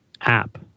app